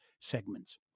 segments